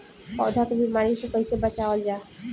पौधा के बीमारी से कइसे बचावल जा?